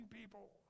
people